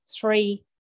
three